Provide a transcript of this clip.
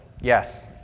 Yes